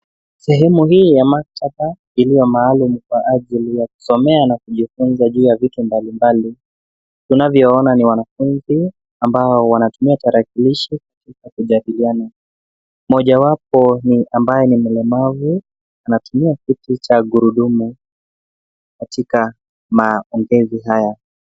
Sehemu hii ya maktaba iliyo maalumu kwa ajili kusomea na kujifunza juu ya vitu mbalimbali. Tunavyoona ni wanafunzi wanaotumia tarakilishi katika kujadiliana. Mojawapo ni ambaye ni mlemavu, anatumia kiti cha magurudumu katika maongezi haya.